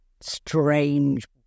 strange